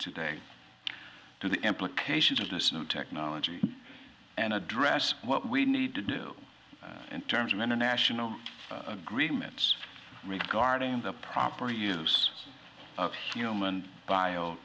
today to the implications of this new technology and address what we need to do in terms of international agreements regarding the proper use of human